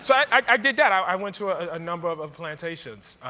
so i i did that. i went to a ah number of of plantations